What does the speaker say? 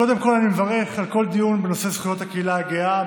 קודם כול אני מברך על כל דיון בנושא זכויות הקהילה הגאה,